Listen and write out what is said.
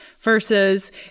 versus